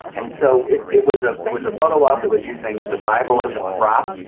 and so it it was a it was a photo op that was using the bible as a prop.